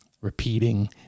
repeating